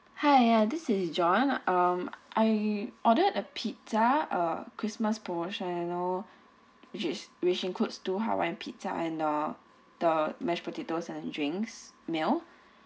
hai ya this is john um I ordered a pizza uh christmas promotion you know which is which includes two hawaiian pizza and uh the mashed potatoes and drinks meal